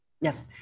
Yes